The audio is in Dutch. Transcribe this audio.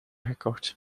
gekocht